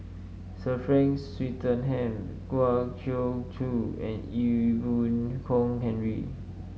Sir Frank Swettenham Kwa Geok Choo and Ee Boon Kong Henry